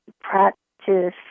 practice